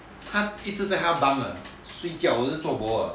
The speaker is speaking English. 他一直在他的 bunk 睡觉 zuo bo